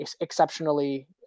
exceptionally